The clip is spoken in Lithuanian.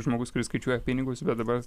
žmogus kuris skaičiuoja pinigus bet dabar